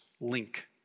link